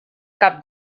cap